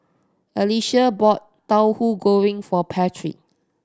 Alicia bought Tahu Goreng for Patrick